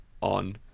on